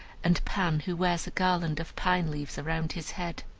and pan, who wears a garland of pine leaves around his head.